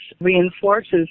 reinforces